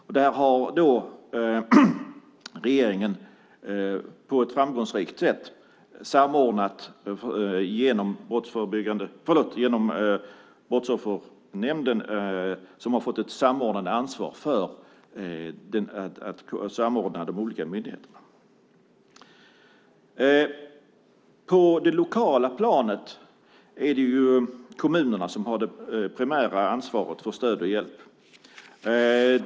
Regeringen har löst det på ett framgångsrikt sätt genom Brottsoffernämnden som har fått ansvaret att samordna de olika myndigheterna. På det lokala planet är det kommunerna som har det primära ansvaret för stöd och hjälp.